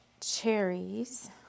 cherries